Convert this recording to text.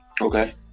Okay